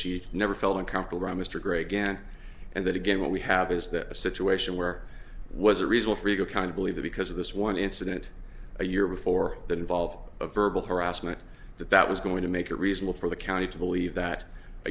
she never felt uncomfortable around mr gray again and that again what we have is that a situation where was a result frigo kind believe that because of this one incident a year before that involved a verbal harassment that that was going to make it reasonable for the county to believe that a